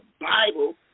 Bible